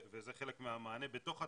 וזה חלק בתוך המענה בתוך התעריף,